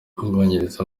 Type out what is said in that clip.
ubwongereza